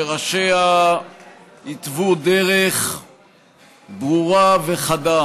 שראשיה התוו דרך ברורה וחדה